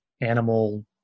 animal